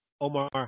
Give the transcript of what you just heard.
Omar